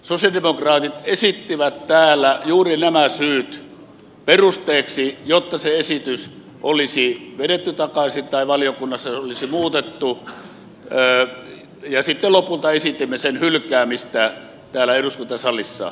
sosialidemokraatit esittivät täällä juuri nämä syyt perusteeksi jotta se esitys olisi vedetty takaisin tai valiokunnassa se olisi muutettu ja sitten lopulta esitimme sen hylkäämistä täällä eduskuntasalissa